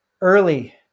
early